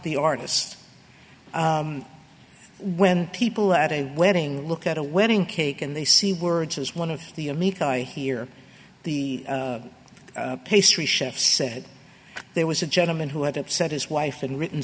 the artist when people at a wedding look at a wedding cake and they see words as one of the a meek i hear the pastry chef said there was a gentleman who had upset his wife and written